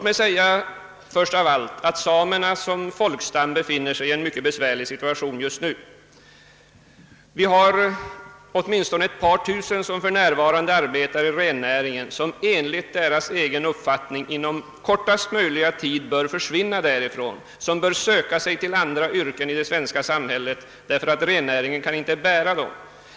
Jag vill först av allt säga att samerna som folkstam befinner sig i en mycket besvärlig situation för närvarande, Vi har åtminstone ett par tusen som nu arbetar inom rennäringen och som enligt samernas egen uppfattning snarast möjligt bör söka sig till andra yrkesområden i det svenska samhället därför att rennäringen inte kan ge dem försörjning.